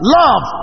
love